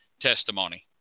testimony